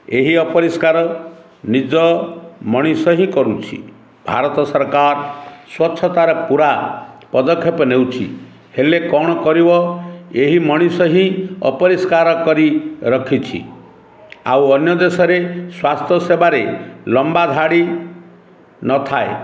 ଏହି ଅପରିଷ୍କାର ନିଜ ମଣିଷ ହିଁ କରୁଛି ଭାରତ ସରକାର ସ୍ୱଚ୍ଛତାର ପୁରା ପଦକ୍ଷେପ ନେଉଛି ହେଲେ କ'ଣ କରିବ ଏହି ମଣିଷ ହିଁ ଅପରିଷ୍କାର କରି ରଖିଛି ଆଉ ଅନ୍ୟ ଦେଶରେ ସ୍ୱାସ୍ଥ୍ୟ ସେବାରେ ଲମ୍ବା ଧାଡ଼ି ନଥାଏ